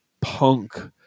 punk